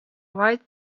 right